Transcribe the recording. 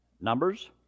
Numbers